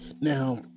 Now